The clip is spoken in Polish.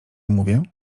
mówię